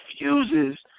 refuses